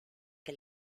que